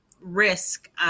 risk